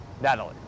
Natalie